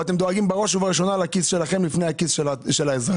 אבל אתם דואגים בראש ובראשונה לכיס שלכם לפני הכיס של האזרח.